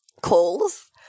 calls